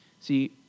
See